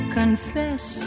confess